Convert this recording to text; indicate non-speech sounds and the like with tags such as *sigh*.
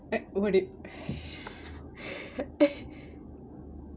eh it *breath* *laughs*